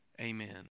amen